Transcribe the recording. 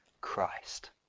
Christ